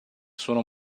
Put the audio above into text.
sono